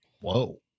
Whoa